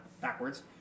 backwards